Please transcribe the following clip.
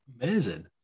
Amazing